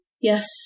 Yes